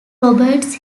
roberts